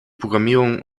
programmierung